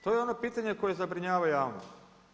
To je ono pitanje koje zabrinjava javnost.